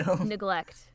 Neglect